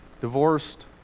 divorced